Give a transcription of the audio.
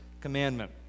commandment